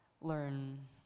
learn